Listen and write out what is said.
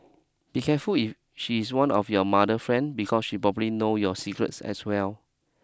be careful if she's one of your mother friend because she probably know your secrets as well